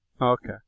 Okay